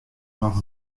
noch